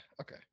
okay